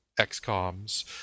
XComs